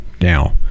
now